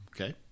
Okay